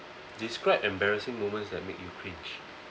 describe embarrassing moments that make you cringe